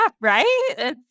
right